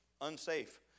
unsafe